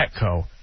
Petco